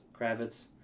Kravitz